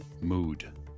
mood